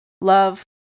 Love